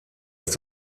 ist